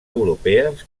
europees